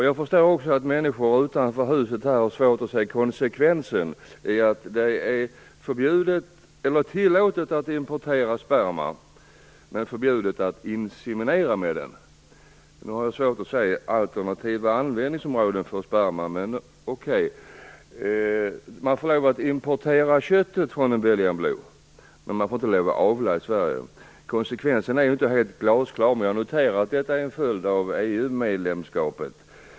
Jag förstår också att människor utanför det här huset har svårt att se konsekvensen i att det är tillåtet att importera sperma men förbjudet att inseminera med den. Jag har svårt att se alternativa användningsområden för sperma. Man får importera köttet från en belgian blue, men man får inte avla den i Sverige. Konsekvensen är inte helt glasklar. Men jag noterar att detta är en följd av EU-medlemskapet.